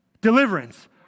deliverance